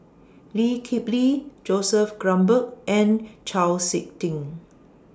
Lee Kip Lee Joseph Grimberg and Chau Sik Ting